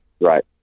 Right